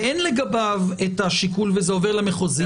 ואין לגביו את השיקול וזה עובר למחוזי,